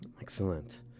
Excellent